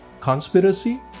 conspiracy